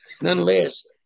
nonetheless